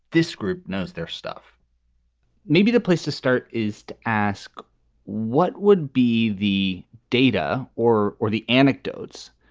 this group knows their stuff maybe the place to start is to ask what would be the data or or the anecdotes.